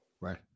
Right